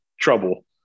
trouble